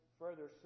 further